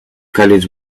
caddies